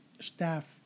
staff